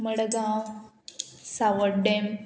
Madgaon Sawarde